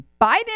biden